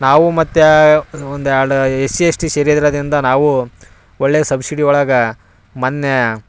ನಾವು ಮತ್ತೆ ಒಂದು ಎರಡು ಎಸ್ ಸಿ ಎಸ್ ಟಿ ಸೇರಿರೋದ್ರಿಂದ ನಾವೂ ಒಳ್ಳೆಯ ಸಬ್ಸಿಡಿ ಒಳಗೆ ಮೊನ್ನೆ